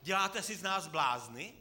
Děláte si z nás blázny?